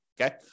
okay